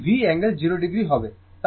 এটি V angle 0o হবে